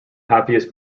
happiest